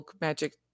magic